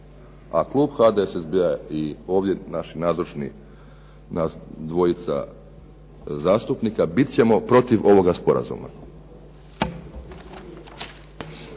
a klub HDSSB-a i ovdje naši nazočni nas dvojica zastupnika bit ćemo protiv ovoga sporazuma.